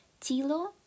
Tilo